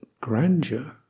grandeur